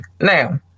now